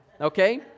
Okay